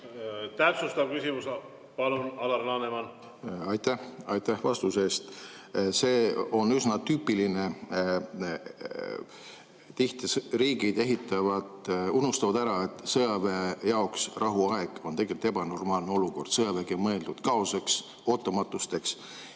Täpsustav küsimus, palun, Alar Laneman! Aitäh! Aitäh vastuse eest! See on üsna tüüpiline. Tihti riigid unustavad ära, et sõjaväe jaoks on rahuaeg tegelikult ebanormaalne olukord. Sõjavägi on mõeldud kaoseks, ootamatusteks.